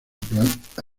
planeta